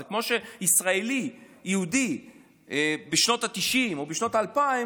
זה כמו שישראלי יהודי בשנות התשעים או בשנות האלפיים